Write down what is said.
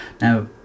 Now